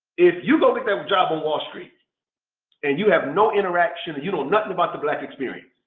if you go get that job on wall street and you have no interaction, you know nothing about the black experience,